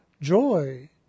joy